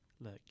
look